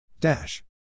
Dash